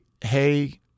Hey